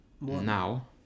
now